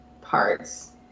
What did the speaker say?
parts